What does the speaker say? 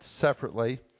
separately